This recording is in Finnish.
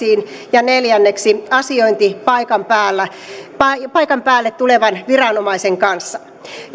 ja neljänneksi asiointi paikan päälle tulevan viranomaisen kanssa